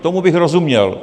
Tomu bych rozuměl.